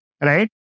Right